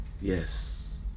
Yes